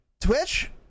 Twitch